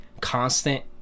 constant